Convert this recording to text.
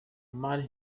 omar